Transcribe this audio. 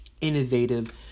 innovative